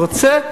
רוצה,